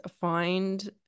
find